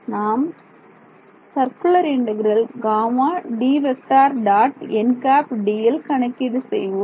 நாம் கணக்கீடு செய்வோம்